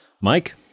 Mike